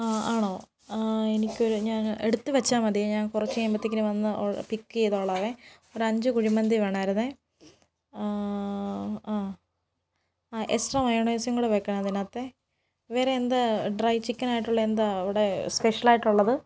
ആ ആണോ എനിക്കൊരു ഞാൻ എടുത്ത് വെച്ചാൽ മതിയേ ഞാൻ കുറച്ചു കഴിയുമ്പോഴത്തേക്കിനും വന്ന് പിക്കെയ്തോളാവേ ഒരു അഞ്ച് കുഴിമന്തി വേണാരുന്നു ആ എക്സ്ട്രാ മയോണൈസും കൂടെ വെയ്ക്കണേ അതിനകത്തെ വേറെ എന്താ ഡ്രൈ ചിക്കനായിട്ടുള്ള എന്താ അവിടെ സ്പെഷ്യലായിട്ടുള്ളത്